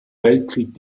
weltkrieg